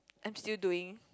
I'm still doing